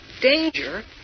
Danger